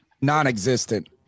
non-existent